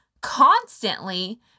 constantly